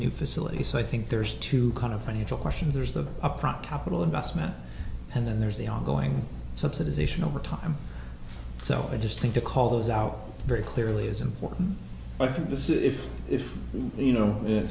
new facility so i think there's two kind of financial questions there's the upfront capital invest that and then there's the ongoing subsidization over time so i just think to call those out very clearly is important i think this if you know it